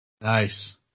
Nice